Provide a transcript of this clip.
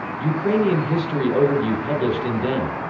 ukrainian history overview published in den'.